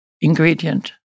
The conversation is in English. ingredient